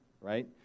right